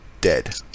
dead